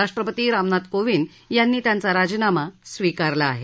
राष्ट्रपती रामनाथ कोविंद यांनी त्यांचा राजीनामा स्विकारला आहे